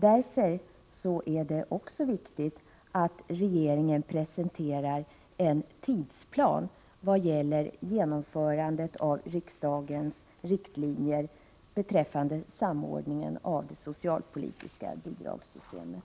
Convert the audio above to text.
Därför är det viktigt att regeringen presenterar en tidsplan i vad gäller genomförandet av de av riksdagen antagna riktlinjerna beträffande samordningen av det socialpolitiska bidragssystemet.